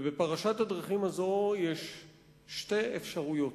ובפרשת הדרכים הזו יש שתי אפשרויות: